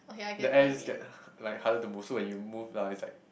the air is get like harder to move so when you move lah it's like